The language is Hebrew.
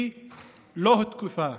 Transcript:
היא לא הותקפה.